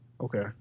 Okay